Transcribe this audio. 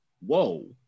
whoa